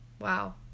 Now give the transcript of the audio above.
Wow